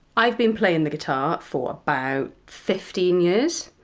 i've been playing the guitar for about fifteen years,